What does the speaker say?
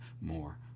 more